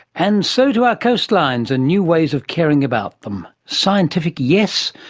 and so to our coastlines and new ways of caring about them. scientific, yes,